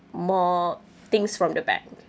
more things from the bank